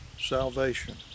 salvation